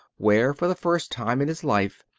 where, for the first time in his life,